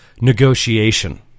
negotiation